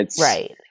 right